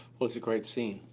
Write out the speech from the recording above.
well, it's a great scene.